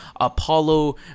Apollo